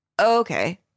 okay